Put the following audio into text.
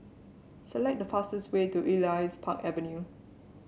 select the fastest way to Elias Park Avenue